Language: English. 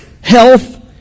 health